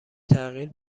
تغییر